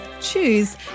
choose